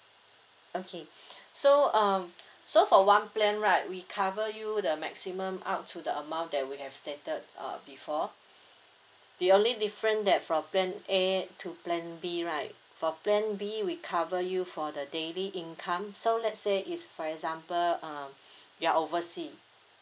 okay so um so for one plan right we cover you the maximum up to the amount that we have stated uh before the only different that for plan A to plan B right for plan B we cover you for the daily income so let's say is for example uh you are oversea